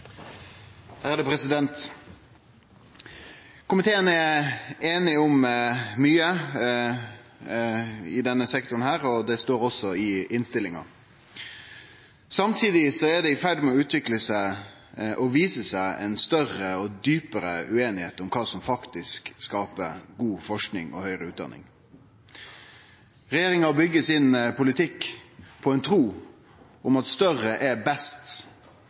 og høyskolene. Komiteen er einig om mykje i denne sektoren. Det står også i innstillinga. Samtidig er det i ferd med å vise seg ei større og djupare ueinigheit om kva som faktisk skaper god forsking og høgare utdanning. Regjeringa byggjer sin politikk på ei tru på at større er best,